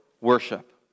worship